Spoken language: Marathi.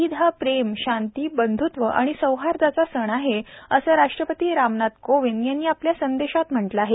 ईद हा प्रेम शांती बंध्त्व आणि सौहार्दाचा सण आहे असं राष्ट्रपती रामनाथ कोविंद यांनी आपल्या संदेशात म्हटलं आहे